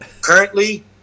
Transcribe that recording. currently